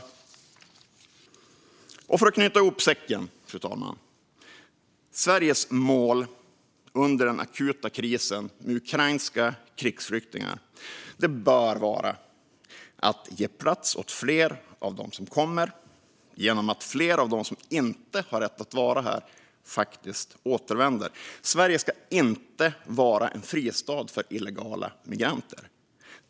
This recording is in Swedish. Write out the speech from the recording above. Fru talman! Jag ska knyta ihop säcken. Sveriges mål under den akuta krisen med ukrainska krigsflyktingar bör vara att ge plats åt fler av dem som kommer genom att fler av dem som inte har rätt att vara här faktiskt återvänder. Sverige ska inte vara en fristad för illegala migranter.